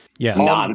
Yes